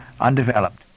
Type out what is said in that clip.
undeveloped